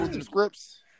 scripts